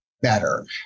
better